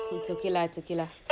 its okay lah its okay lah